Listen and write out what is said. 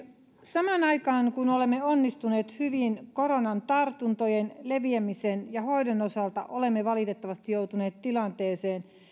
samaan aikaan kun olemme onnistuneet hyvin koronan tartuntojen leviämisen ja hoidon osalta olemme valitettavasti joutuneet tilanteeseen